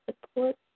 support